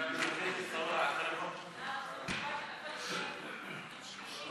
התשע"ח ,2018 לוועדת הכלכלה נתקבלה.